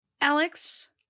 Alex